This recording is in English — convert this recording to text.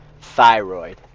Thyroid